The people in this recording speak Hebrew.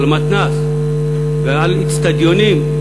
על מתנ"ס ועל איצטדיונים,